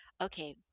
okay